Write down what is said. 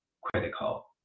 critical